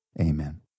Amen